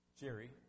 Jerry